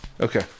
Okay